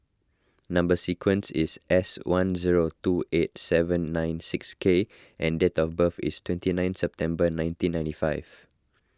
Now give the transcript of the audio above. Number Sequence is S one zero two eight seven nine six K and date of birth is twenty nine September nineteen ninety five